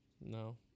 No